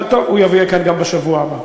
אבל טוב, הוא יהיה כאן גם בשבוע הבא.